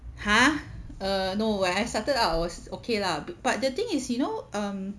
ha err no when I started out was okay lah b~ but the thing is you know um